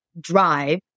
drive